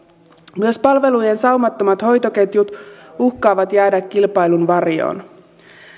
myös palvelujen saumattomat hoitoketjut uhkaavat jäädä kilpailun varjoon